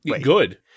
good